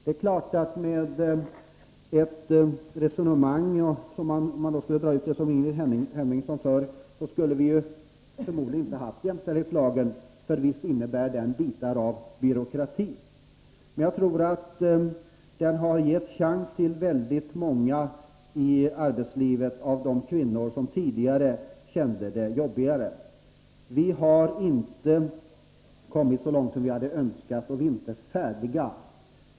Om man skulle dra ut det resonemang som Ingrid Hemmingsson för skulle vi förmodligen inte haft någon jämställdhetslag, för visst innebär den bitar av byråkrati. Men jag tror att den har gett en chans i arbetslivet för väldigt många kvinnor. Vi har inte kommit så långt som vi hade önskat, och vi är inte färdiga.